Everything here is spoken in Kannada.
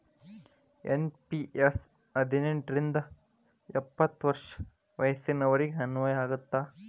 ಎನ್.ಪಿ.ಎಸ್ ಹದಿನೆಂಟ್ ರಿಂದ ಎಪ್ಪತ್ ವರ್ಷ ವಯಸ್ಸಿನೋರಿಗೆ ಅನ್ವಯ ಆಗತ್ತ